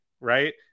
right